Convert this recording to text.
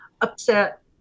upset